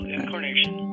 incarnation